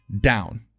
down